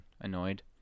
annoyed